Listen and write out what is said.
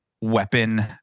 weapon